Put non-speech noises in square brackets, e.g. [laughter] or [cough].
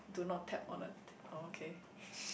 do not tap on the th~ oh okay [breath]